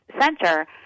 center